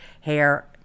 hair